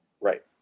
right